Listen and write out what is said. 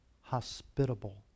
hospitable